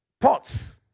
pots